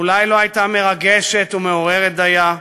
אולי לא הייתה מרגשת ומעוררת דייה,